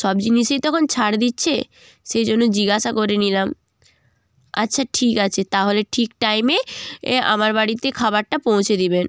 সব জিনিসেই তো এখন ছাড় দিচ্ছে সেই জন্য জিজ্ঞাসা করে নিলাম আচ্ছা ঠিক আছে তাহলে ঠিক টাইমে এ আমার বাড়িতে খাবারটা পৌঁছে দিবেন